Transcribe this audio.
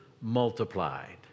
multiplied